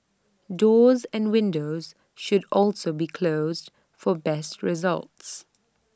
doors and windows should also be closed for best results